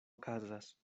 okazas